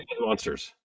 monsters